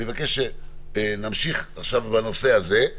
אני מבקש שנמשיך עכשיו בנושא הזה,